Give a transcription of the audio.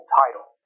title